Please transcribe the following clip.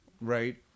right